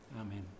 Amen